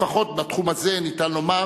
לפחות בתחום הזה ניתן לומר